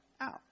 out